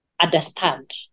understand